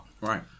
Right